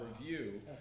review